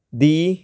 ਦੀ